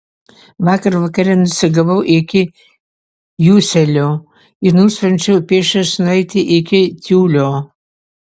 vakar vakare nusigavau iki juselio ir nusprendžiau pėsčias nueiti iki tiulio